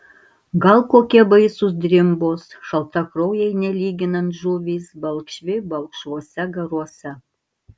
gal kokie baisūs drimbos šaltakraujai nelyginant žuvys balkšvi balkšvuose garuose